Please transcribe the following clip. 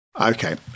Okay